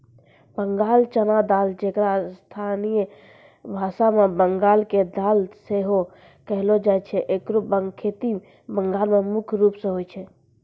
बंगाल चना दाल जेकरा स्थानीय भाषा मे बंगाल के दाल सेहो कहलो जाय छै एकरो खेती बंगाल मे मुख्य रूपो से होय छै